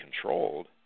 controlled